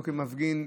לא כמפגין,